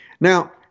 now